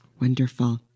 Wonderful